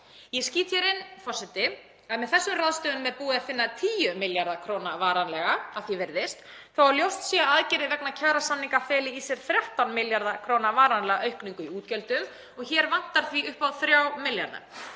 Ég skýt hér inn, forseti, að með þessum ráðstöfunum er búið að finna 10 milljarða kr. varanlega að því er virðist þó að ljóst sé að aðgerðir vegna kjarasamninga feli í sér 13 milljarða kr. varanlega aukningu í útgjöldum. Hér vantar því upp á 3 milljarða.